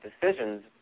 decisions